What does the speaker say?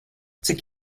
cik